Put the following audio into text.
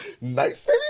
Nice